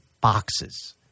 boxes